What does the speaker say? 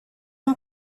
han